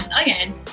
again